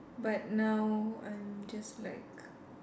but now I'm just like